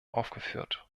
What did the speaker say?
aufgeführt